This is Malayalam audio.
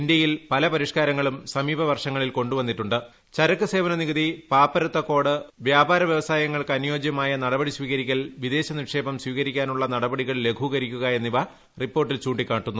ഇന്ത്യയിൽ പല പരിഷ്ക്കാരങ്ങളും സമീപ വർഷങ്ങളിൽ കൊ ചരക്ക് സേവന നികുതി പാപ്പരത്ത കോഡ് വ്യാപാര വ്യവസായങ്ങൾക്ക് അനുയോജ്യമായ നടപടി സ്വീകരിക്കൽ വിദേശനിക്ഷേപം സ്വീകരിക്കാനുള്ള നടപടികൾ ലഘൂകരിക്കുക എന്നിവ റിപ്പോർട്ടിൽ ചൂ ിക്കാട്ടുന്നു